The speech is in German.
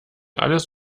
alles